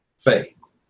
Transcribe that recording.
Faith